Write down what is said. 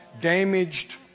damaged